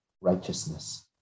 righteousness